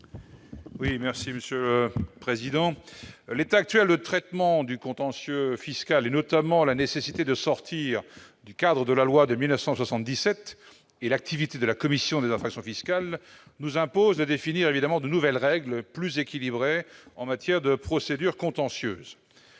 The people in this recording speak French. pour présenter l'amendement n° 6. L'état actuel de traitement du contentieux fiscal, et notamment la nécessité de sortir du cadre de la loi de 1977, ainsi que l'activité de la commission des infractions fiscales, nous impose de définir de nouvelles règles, plus équilibrées, en matière de procédure contentieuse.